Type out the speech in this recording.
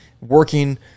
working